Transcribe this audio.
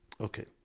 Okay